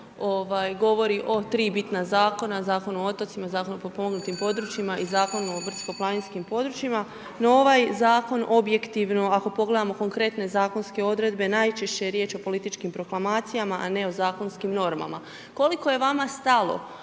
govori o 3 bitna zakona, Zakon o otocima, Zakon o potpomognutim područjima i Zakon o brdsko-planinskim područjima. No ovaj zakon objektivno, ako pogledamo konkretne zakonske odredbe najčešće je riječ o političkim proklamacijama, a ne o zakonskim normama. Koliko je vama stalo